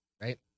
right